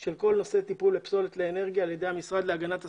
של כל נושא הטיפול בפסולת אנרגיה על ידי המשרד להגנת הסביבה.